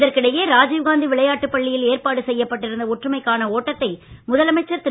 இதற்கிடையே ராஜீவ்காந்தி விளையாட்டுப் பள்ளியில் ஏற்பாடு செய்யப்பட்டு இருந்த ஒற்றுமைக்கான ஓட்டத்தை முதலமைச்சர் திரு